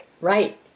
Right